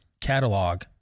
catalog